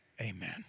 Amen